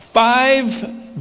five